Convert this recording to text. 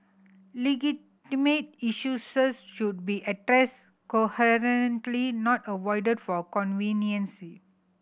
legitimate should be addressed coherently not avoided for convenience